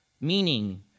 meaning